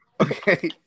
Okay